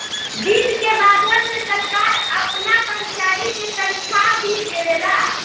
वित्त के माध्यम से सरकार आपना कर्मचारी के तनखाह भी देवेला